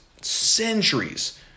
centuries